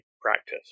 practice